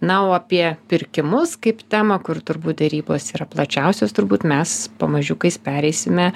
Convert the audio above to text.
na o apie pirkimus kaip temą kur turbūt derybos yra plačiausios turbūt mes pamažiukais pereisime